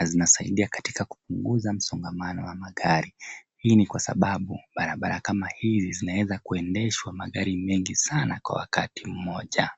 na zinasaidia katika kupunguza msongamano wa magari. Hii ni kwa sababu barabara kama hizi zinaweza kuendeshwa magari mengi sana kwa wakati mmoja.